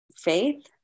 Faith